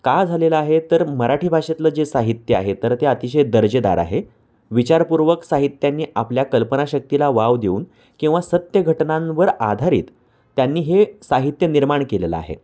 का झालेलं आहे तर मराठी भाषेतलं जे साहित्य आहे तर ते अतिशय दर्जेदार आहे विचारपूर्वक साहित्यांनी आपल्या कल्पनाशक्तीला वाव देऊन किंवा सत्य घटनांवर आधारित त्यांनी हे साहित्य निर्माण केलेलं आहे